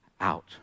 out